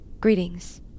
Greetings